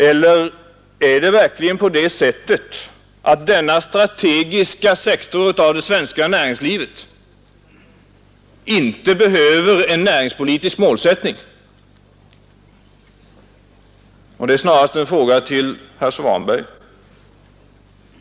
Eller är det verkligen på det sättet att denna strategiska sektor av det svenska näringslivet inte behöver en näringspolitisk målsättning? Detta är snarast en fråga till herr Svanberg.